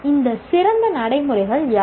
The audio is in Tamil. இந்த சிறந்த நடைமுறைகள் யாவை